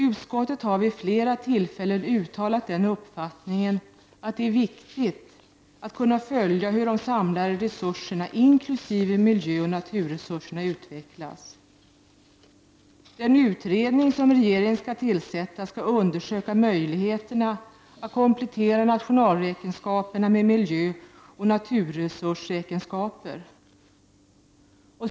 Utskottet har vid flera tillfällen uttalat den uppfattningen att det är viktigt att följa hur de samlade resurserna, inkl. miljöoch naturresurserna, utvecklas. Den utredning som regeringen skall tillsätta skall undersöka möjligheterna att komplettera nationalräkenskaperna med miljöoch naturresursräkenskaper.